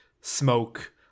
smoke